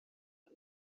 and